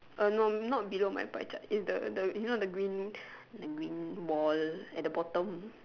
uh no not below my pie chart is the the you know the green the green wall at the bottom